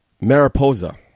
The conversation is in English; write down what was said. Mariposa